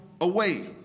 away